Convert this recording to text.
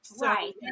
Right